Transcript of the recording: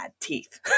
teeth